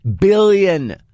billion